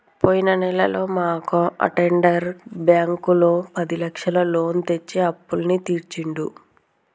పోయిన నెలలో మా అటెండర్ బ్యాంకులో పదిలక్షల లోను తెచ్చి అప్పులన్నీ తీర్చిండు